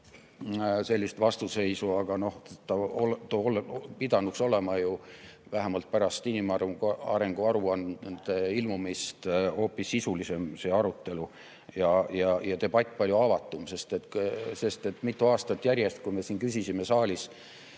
sellist vastuseisu ette heita. Aga pidanuks olema, vähemalt pärast inimarengu aruande ilmumist, hoopis sisulisem see arutelu ja debatt palju avatum. Mitu aastat järjest, kui me küsisime siin